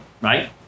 right